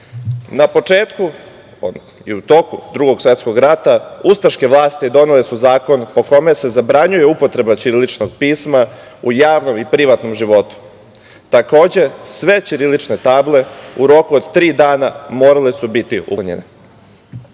početku i u toku Drugog svetskog rata ustaške vlasti donele su zakon po kome se zabranjuje upotreba ćiriličnog pisma u javnom i privatnom životu. Takođe, sve ćirilične table u roku od tri dana morale su biti uklonjene.